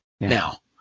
Now